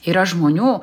yra žmonių